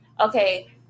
Okay